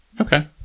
Okay